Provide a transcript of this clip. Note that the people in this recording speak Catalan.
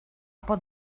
pot